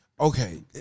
Okay